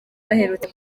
baherutse